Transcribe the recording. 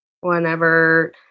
whenever